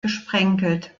gesprenkelt